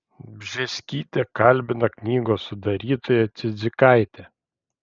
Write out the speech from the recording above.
bžėskytė kalbina knygos sudarytoją cidzikaitę